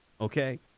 okay